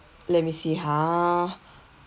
let me see ha